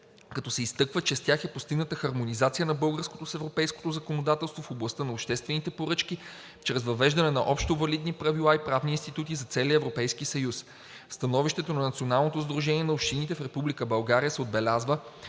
като се изтъква, че с тях е постигната хармонизация на българското с европейското законодателство в областта на обществените поръчки чрез въвеждане на общовалидни правила и правни институти за целия Европейски съюз. В становището на Националното сдружение на общините в Република